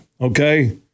Okay